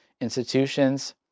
institutions